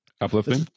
Uplifting